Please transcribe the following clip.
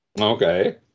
okay